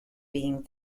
being